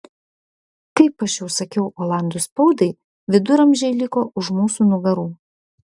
kaip aš jau sakiau olandų spaudai viduramžiai liko už mūsų nugarų